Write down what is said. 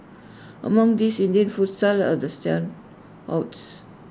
among these Indian food stalls are the standouts